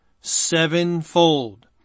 sevenfold